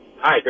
Hi